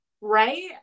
Right